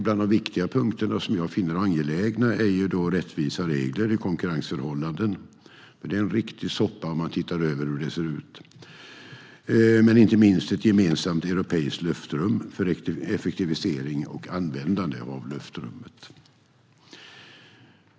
Bland de viktiga punkter som jag finner angelägna är rättvisa regler i konkurrensförhållanden. Det är en riktig soppa, om man tittar hur det ser ut. Men det handlar inte minst om ett gemensamt europeiskt luftrum för effektivisering och användande av luftrummet.